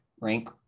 rank